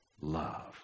Love